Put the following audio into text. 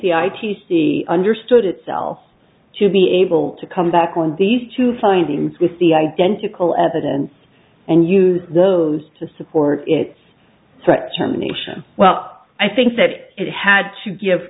the i t c understood itself to be able to come back on these two findings with the identical evidence and use those to support its germination well i think that it had to give